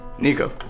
nico